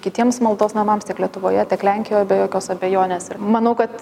kitiems maldos namams tiek lietuvoje tiek lenkijoje be jokios abejonės ir manau kad